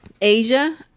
Asia